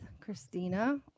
christina